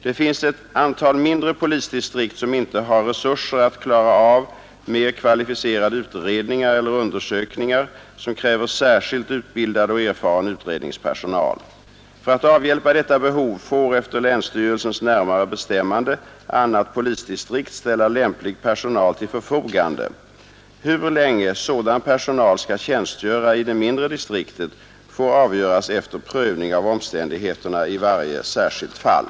Det finns ett antal mindre polisdistrikt som inte har resurser att klara av mer kvalificerade utredningar eller undersökningar som kräver särskilt utbildad och erfaren utredningspersonal. För att avhjälpa detta behov får efter länsstyrelsens närmare bestämmande annat polisdistrikt ställa lämplig personal till förfogande. Hur länge sådan personal skall tjänstgöra i det mindre distriktet får avgöras efter prövning av omständigheterna i varje särskilt fall.